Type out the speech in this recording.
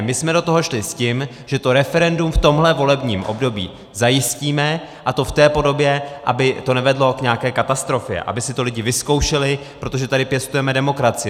My jsme do toho šli s tím, že to referendum v tomhle volebním období zajistíme, a to v té podobě, aby to nevedlo k nějaké katastrofě, aby si to lidi vyzkoušeli, protože tady pěstujeme demokracii.